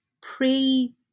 pre